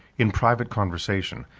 in private conversation,